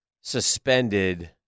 suspended